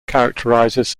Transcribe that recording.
characterizes